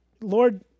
Lord